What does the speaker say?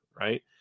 right